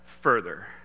further